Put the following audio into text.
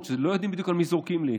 היא שלא יודעים בדיוק על מי זורקים לעיתים.